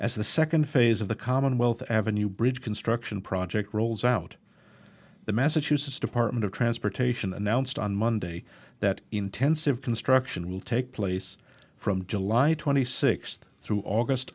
the second phase of the commonwealth avenue bridge construction project rolls out the massachusetts department of transportation announced on monday that intensive construction will take place from july twenty sixth through august